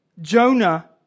Jonah